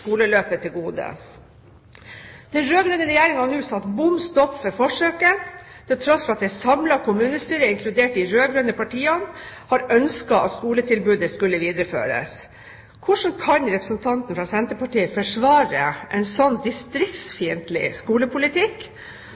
skoleløpet til gode. Den rød-grønne regjeringen har nå satt bom stopp for forsøket, til tross for at et samlet kommunestyre, inkludert de rød-grønne partiene, har ønsket at skoletilbudet skulle videreføres. Hvordan kan representanten fra Senterpartiet forsvare en sånn distriktsfiendtlig skolepolitikk,